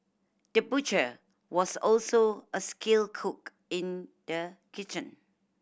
the butcher was also a skilled cook in the kitchen